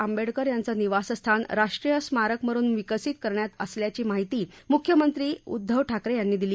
आंबेडकर यांचं निवासस्थान राष्ट्रीय स्मारक म्हणून विकसित करणार असल्याची माहिती मुख्यमंत्री उद्धव ठाकरे यांनी दिली